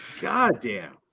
goddamn